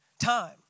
time